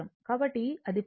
కాబట్టి అది పూర్తయిన తర్వాత